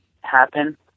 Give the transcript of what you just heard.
happen